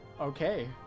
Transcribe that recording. Okay